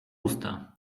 usta